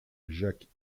jacques